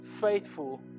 Faithful